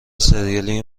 ســریالی